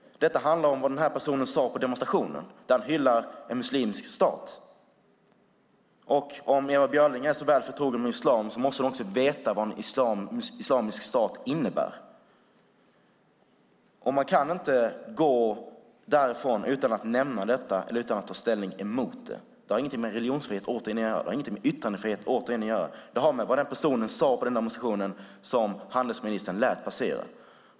Detta handlar om vad den här personen sade på demonstrationen, där han hyllade en muslimsk stat. Om Ewa Björling är så väl förtrogen med islam måste hon också veta vad en islamisk stat innebär. Man kan inte gå därifrån utan att nämna detta eller att ta ställning mot det. Det har inget med religionsfrihet eller yttrandefrihet att göra. Det har att göra med vad den här personen sade på demonstrationen och som handelsministern lät passera.